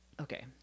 okay